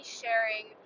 sharing